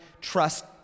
trust